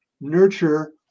nurture